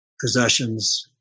possessions